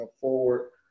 forward